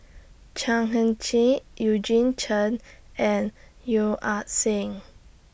Chan Heng Chee Eugene Chen and Yeo Ah Seng